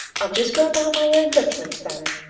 i'll just go by my own judgment then.